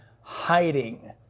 hiding